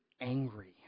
angry